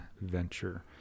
venture